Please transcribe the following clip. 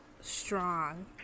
strong